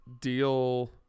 deal